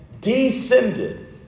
descended